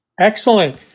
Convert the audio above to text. Excellent